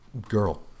girl